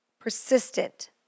persistent